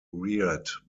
reared